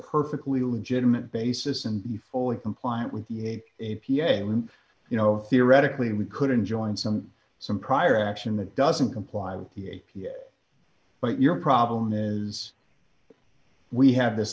perfectly legitimate basis and fully compliant with the a p a you know theoretically we couldn't join some some prior action that doesn't comply with the a p but your problem is we have this